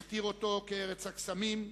הכתיר אותו כ"ארץ קסמים",